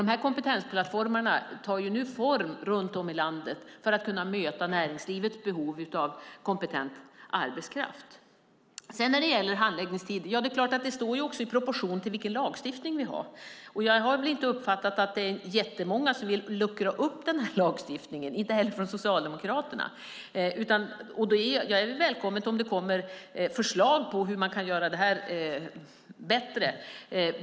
De här kompetensplattformarna tar nu form runt om i landet för att kunna möta näringslivets behov av kompetent arbetskraft. När det gäller handläggningstiderna är det klart att de står i proportion till vilken lagstiftning vi har. Jag har inte uppfattat att det är jättemånga som vill luckra upp den här lagstiftningen - inte heller från Socialdemokraterna. Det är välkommet om det kommer förslag på hur man kan göra det bättre.